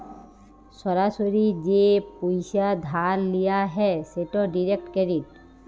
সরাসরি যে পইসা ধার লিয়া হ্যয় সেট ডিরেক্ট ক্রেডিট